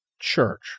church